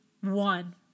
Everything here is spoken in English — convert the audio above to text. one